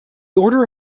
order